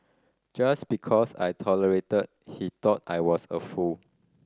just because I tolerated he thought I was a fool